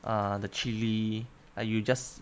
err the chilli like you just